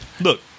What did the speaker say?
Look